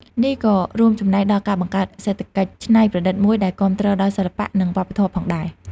នេះក៏រួមចំណែកដល់ការបង្កើតសេដ្ឋកិច្ចច្នៃប្រឌិតមួយដែលគាំទ្រដល់សិល្បៈ និងវប្បធម៌ផងដែរ។